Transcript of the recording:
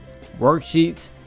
worksheets